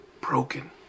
broken